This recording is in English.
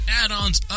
add-ons